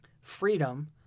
freedom